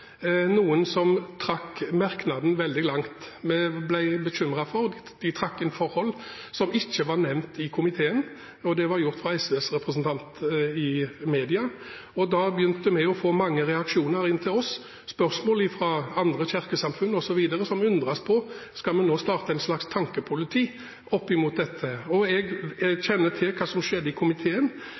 noen som trakk merknaden veldig langt. De trakk inn forhold som ikke var nevnt i komiteen, og det ble gjort av SVs representant i media. Da begynte vi å få mange reaksjoner. Det var spørsmål fra andre kirkesamfunn osv. som undret på om vi skulle starte et slags tankepoliti knyttet til dette. Jeg kjenner til hva som skjedde i komiteen,